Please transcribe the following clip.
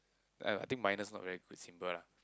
uh I think minus not very good symbol lah